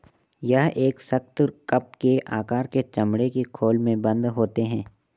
यह एक सख्त, कप के आकार के चमड़े के खोल में बन्द होते हैं